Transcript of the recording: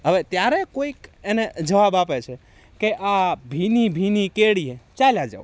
હવે ત્યારે કોઈક એને જવાબ આપે છે કે આ ભીની ભીની કેડીએ ચાલ્યા જાઓ